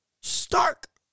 stark